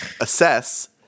assess